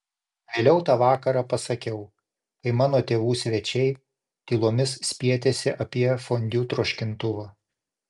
vėliau tą vakarą pasakiau kai mano tėvų svečiai tylomis spietėsi apie fondiu troškintuvą